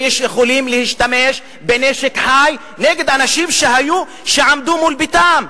יכולים להשתמש בנשק חי כנגד אנשים שעמדו מול ביתם.